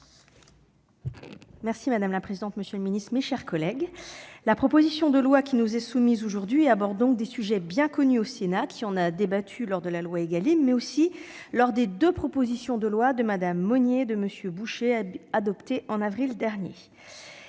Madame la présidente, monsieur le ministre, mes chers collègues, la proposition de loi qui nous est soumise aujourd'hui aborde des sujets bien connus au Sénat, qui en a déjà débattu lors de l'examen de la loi Égalim, mais aussi des deux propositions de loi de Mme Monier et de M. Bouchet, adoptées en avril dernier.